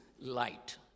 light